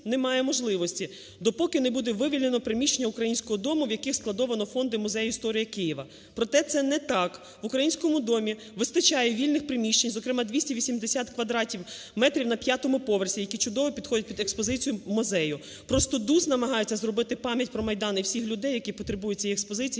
немає можливості, допоки не буде вивільнено приміщення Українського дому, в яких складовано фонди Музею Історії Києва. Проте це не так, в Українському домі вистачає вільних приміщень, зокрема 280 квадратів метрів на 5 поверсі, які чудово підходять під експозицію музею. Просто ДУС намагається зробити пам'ять про Майдан і всіх людей, які потребують цієї експозиції,